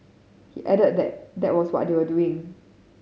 he added that that was what they were doing